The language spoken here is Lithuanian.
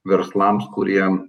verslams kuriems